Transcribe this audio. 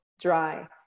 dry